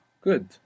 Good